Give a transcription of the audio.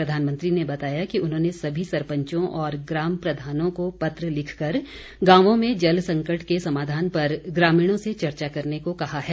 प्रधानमंत्री ने बताया कि उन्होंने सभी सरपंचों और ग्राम प्रधानों को पत्र लिखकर गांवों में जल संकट के समाधान पर ग्रामीणों से चर्चा करने को कहा है